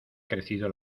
crecido